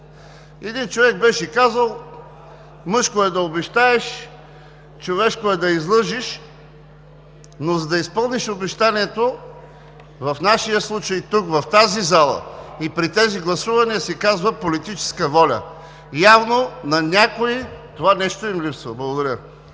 Един човек беше казал: „Мъжко е да обещаеш, човешко е да излъжеш.“ Но за да изпълниш обещанието в нашия случай тук, в тази зала, и при тези гласувания се казва политическа воля. Явно на някои това нещо им липсва. Благодаря.